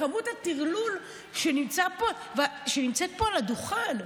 כמות הטרלול שנמצאת פה על הדוכן.